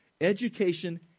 Education